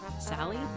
Sally